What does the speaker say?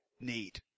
need